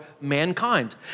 mankind